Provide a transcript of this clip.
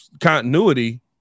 continuity